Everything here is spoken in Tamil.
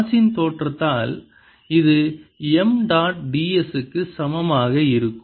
காஸின் Gausss தேற்றத்தால் இது M டாட் d s க்கு சமமாக இருக்கும்